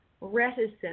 reticent